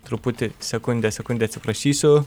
truputį sekundę sekundę atsiprašysiu